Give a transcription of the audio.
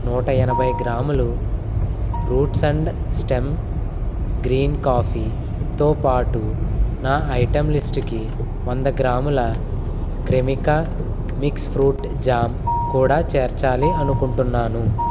నూట ఎనభై గ్రాములు రూట్స్ అండ్ స్టెమ్స్ గ్రీన్ కాఫీతో పాటు నా ఐటెం లిస్టుకి వంద గ్రాముల క్రెమికా మిక్స్ ఫ్రూట్ జామ్ కూడా చేర్చాలి అనుకుంటున్నాను